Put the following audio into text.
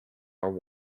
are